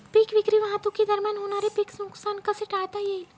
पीक विक्री वाहतुकीदरम्यान होणारे पीक नुकसान कसे टाळता येईल?